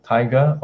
Tiger